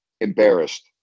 embarrassed